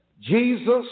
Jesus